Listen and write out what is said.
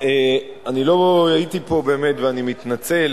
לא הייתי פה באמת, ואני מתנצל,